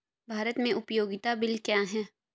भारत में उपयोगिता बिल क्या हैं?